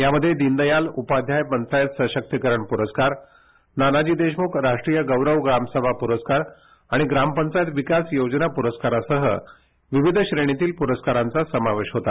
यामध्ये दीनदयाल उपाध्याय पंचायत सशक्तीकरण पुरस्कार नानाजी देशमुख राष्ट्रीय गौरव ग्राम सभा प्रस्कार आणि ग्राम पंचायत विकास योजना पुरस्कारासह विविध श्रेणीतील पुरस्कारांचा समावेश होता